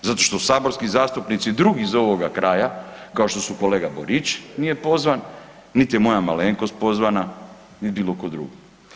Zato što saborski zastupnici drugi iz ovoga kraja kao što su kolega Borić nije pozvan, niti je moja malenkost pozvana, niti bilo tko drugi.